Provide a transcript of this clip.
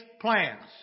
plans